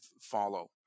follow